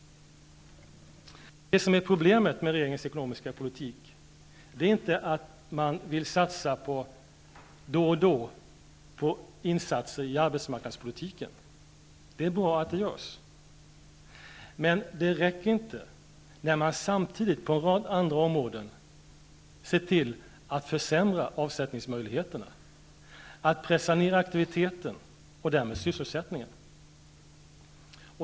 Det som är problemet med regeringens ekonomiska politik är inte att man vill satsa på insatser i arbetsmarknadspolitiken. Det är bra att det görs. Men det räcker inte när man samtidigt på en rad andra områden ser till att försämra avsättningsmöjligheterna, pressa ner aktiviteten och därmed sysselsättningen.